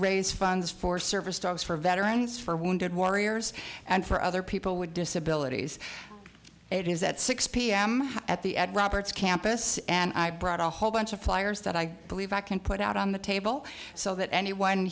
raise funds for service dogs for veterans for wounded warriors and for other people with disabilities it is that six p m at the at robert's campus and i brought a whole bunch of flyers that i believe i can put out on the table so that anyone